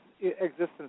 existence